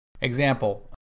Example